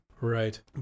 Right